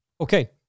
Okay